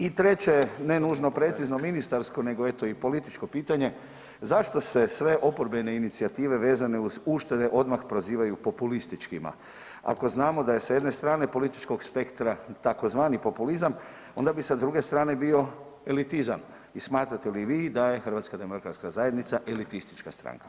I treće, ne nužno precizno ministarsko, nego eto i političko pitanje, zašto se sve oporbene inicijative vezane uz uštede odmah prozivaju populističkima ako znamo da je sa jedne strane političkog spektra tzv. populizam, onda bi sa druge strane bio elitizam i smatrate li vi da je HDZ elitistička stranka?